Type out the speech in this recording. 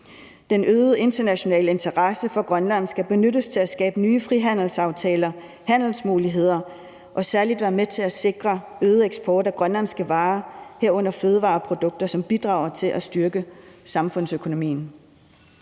Den øgede internationale interesse for Grønland skal benyttes til at skabe nye frihandelsaftaler, handelsmuligheder, og særlig være med til at sikre øget eksport af grønlandske varer, herunder fødevareprodukter, som bidrager til at styrke samfundsøkonomien.